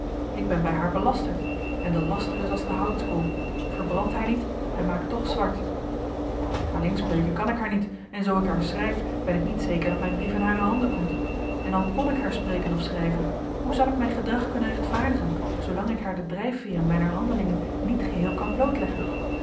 ik ben bij haar belasterd en de laster is als de houtskool verbrandt hij niet hij maakt toch zwart alleen spreken kan ik haar niet en zoo ik haar schrijf ben ik niet zeker dat mijn brief in hare handen komt en al kon ik haar spreken of schrijven hoe zal ik mijn gedrag kunnen rechtvaardigen zoolang ik haar de drijfveeren mijner handelingen niet geheel kan blootleggen